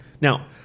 Now